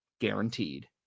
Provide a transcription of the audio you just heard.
Guaranteed